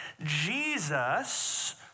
Jesus